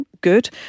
good